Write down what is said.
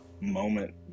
moment